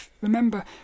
remember